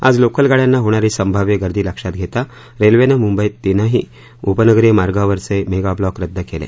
आज लोकल गाड्यांना होणारी संभाव्य गर्दी लक्षात घेता रेल्वेनं मुंबईत तिन्ही उपनगरीय मार्गावरचे मेगा ब्लॉक रद्द केले